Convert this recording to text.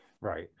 Right